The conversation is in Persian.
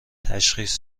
تشخیص